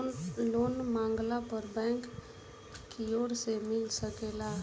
loan मांगला पर bank कियोर से मिल सकेला